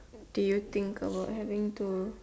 do you think about having to